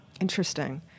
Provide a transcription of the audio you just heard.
Interesting